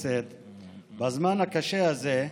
בזמן הקשה הזה,